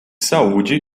saúde